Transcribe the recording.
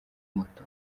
moto